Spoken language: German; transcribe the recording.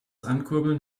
ankurbeln